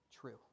true